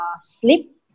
sleep